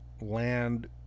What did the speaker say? land